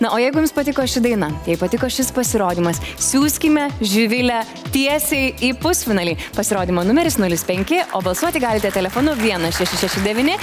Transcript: na o jeigu jums patiko ši daina jei patiko šis pasirodymas siųskime živilę tiesiai į pusfinalį pasirodymo numeris nulis penki o balsuoti galite telefonu vienas šeši šeši devyni